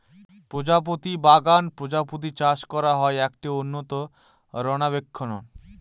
প্রজাপতি বাগান প্রজাপতি চাষ করা হয়, একটি উন্নত রক্ষণাবেক্ষণ